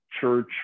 church